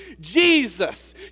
Jesus